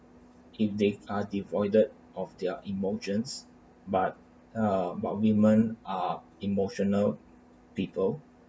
if they are devoid of their emotions but uh but women are emotional people